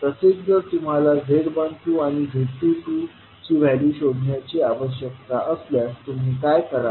तसेच जर तुम्हाला z12 आणि z22 ची व्हॅल्यू शोधण्याची आवश्यकता असल्यास तुम्ही काय कराल